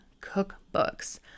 cookbooks